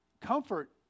comfort